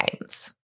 Games